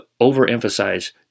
overemphasize